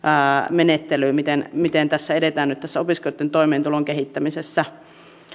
menettely miten miten tässä opiskelijoitten toimeentulon kehittämisessä edetään